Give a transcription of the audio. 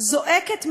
זועקת מהנייר.